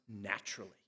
naturally